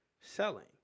selling